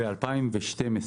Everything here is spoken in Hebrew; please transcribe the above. ב-2012.